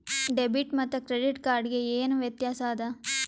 Debit ಮತ್ತ credit card ಗೆ ಏನ ವ್ಯತ್ಯಾಸ ಆದ?